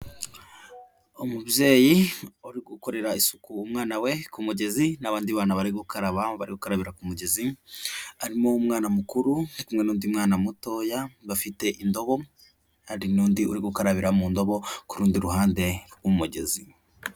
Umubyeyi uri gukorera isuku umwana we ku mugezi n'abandi bana bari gukaraba, bari gukarabira ku mugezi harimo umwana mukuru ari kumwe n'undi mwana mutoya bafite indobo, hari n'undi uri gukarabira mu ndobo ku rundi ruhande rw'umugezi.